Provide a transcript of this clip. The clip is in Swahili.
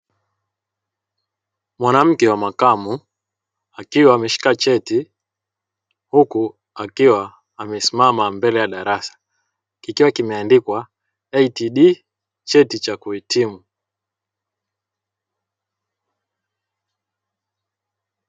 Mwanamke wa makamu akiwa ameshika cheti huku akiwa amesimama mbele ya darasa kikiwa kimeandikwa "atd cheti cha kuhitimu".